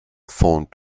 font